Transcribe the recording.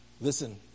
Listen